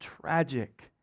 tragic